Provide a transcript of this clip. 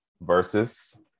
versus